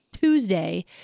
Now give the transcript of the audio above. Tuesday